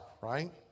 right